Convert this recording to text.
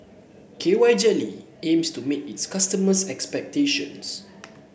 K Y Jelly aims to meet its customers' expectations